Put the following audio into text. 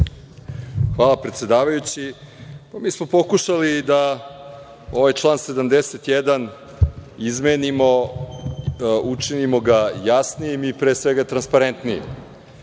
**Marko Đurišić** Mi smo pokušali da ovaj član 71. izmenimo, učinimo ga jasnijim i pre svega transparentnijim.